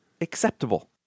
Acceptable